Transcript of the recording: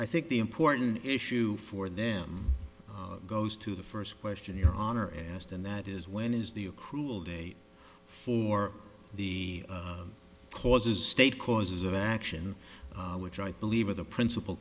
i think the important issue for them goes to the first question your honor and asked and that is when is the accrual date for the causes state causes of action which i believe are the principal